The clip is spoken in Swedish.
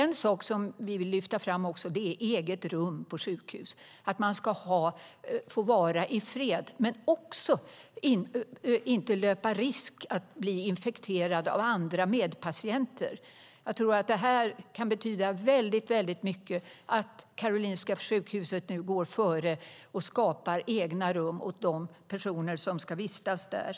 Något som vi också vill lyfta fram är eget rum på sjukhus, att man ska få vara i fred och inte löpa risken att bli infekterad av medpatienter. Det kan betyda mycket att Karolinska sjukhuset nu går före och inrättar egna rum för dem som ska vistas där.